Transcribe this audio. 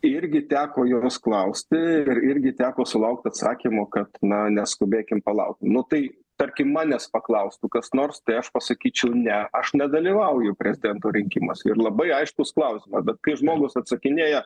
irgi teko jos klausti ir irgi teko sulaukti atsakymo kad na neskubėkim palaukim nu tai tarkim manęs paklaustų kas nors tai aš pasakyčiau ne aš nedalyvauju prezidento rinkimuose ir labai aiškus klausimas bet kai žmogus atsakinėja